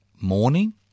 morning